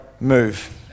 move